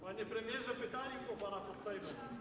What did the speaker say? Panie premierze, pytali o pana pod Sejmem.